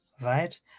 right